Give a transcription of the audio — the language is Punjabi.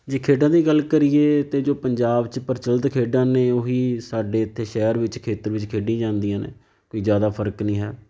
ਜੇ ਖੇਡਾਂ ਦੀ ਗੱਲ ਕਰੀਏ ਤਾਂ ਜੋ ਪੰਜਾਬ 'ਚ ਪ੍ਰਚੱਲਿਤ ਖੇਡਾਂ ਨੇ ਉਹੀ ਸਾਡੇ ਇੱਥੇ ਸ਼ਹਿਰ ਵਿੱਚ ਖੇਤਰ ਵਿੱਚ ਖੇਡੀ ਜਾਂਦੀਆਂ ਨੇ ਕੋਈ ਜ਼ਿਆਦਾ ਫਰਕ ਨਹੀਂ ਹੈ